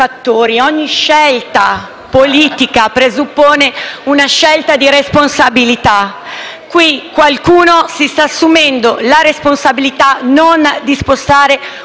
ogni scelta politica presuppone una scelta di responsabilità. Qui qualcuno si sta assumendo la responsabilità non di spostare